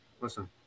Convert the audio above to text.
Listen